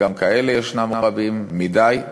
וגם כאלה ישנם רבים מדי,